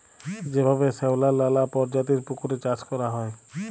যেভাবে শেঁওলার লালা পরজাতির পুকুরে চাষ ক্যরা হ্যয়